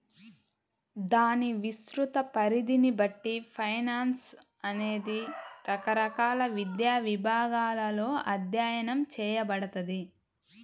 దాని విస్తృత పరిధిని బట్టి ఫైనాన్స్ అనేది రకరకాల విద్యా విభాగాలలో అధ్యయనం చేయబడతది